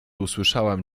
usłyszałam